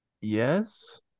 yes